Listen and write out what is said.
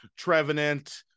trevenant